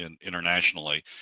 internationally